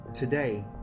Today